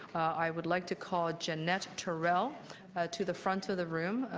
i would like to call jeanette terrell to the front of the room.